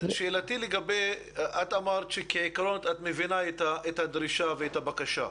את אמרת שכעיקרון את מבינה את הדרישה והבקשה.